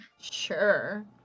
Sure